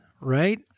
right